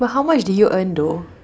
but how much did you earn though